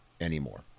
anymore